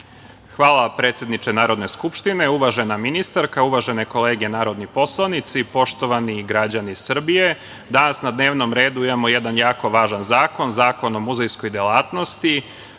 Hvala, predsedniče Narodne skupštine. Uvažena ministarka, uvažene kolege narodni poslanici, poštovani građani Srbije, danas na dnevnom redu imamo jedan jako važan zakon – Zakon o muzejskoj delatnosti.